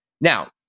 Now